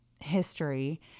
history